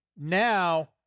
now